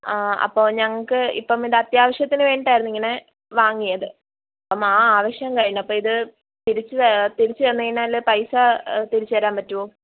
ആ അപ്പോൾ ഞങ്ങൾക്ക് ഇപ്പം ഇത് അത്യാവിശ്യത്തിന് വേണ്ടിയിട്ടായിരുന്നു ഇങ്ങനെ വാങ്ങിയത് ആ ആവിശ്യം കഴിഞ്ഞപ്പം ഇത് തിരിച്ച് ത തിരിച്ച് തന്ന് കഴിഞ്ഞാല് പൈസ തിരിച്ച് തരാൻ പറ്റുവോ